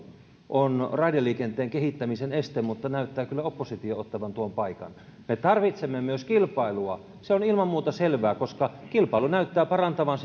on raideliikenteen kehittämisen este mutta näyttää kyllä oppositio ottavan tuon paikan me tarvitsemme myös kilpailua se on ilman muuta selvää koska kilpailu näyttää parantavan